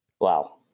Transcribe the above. Wow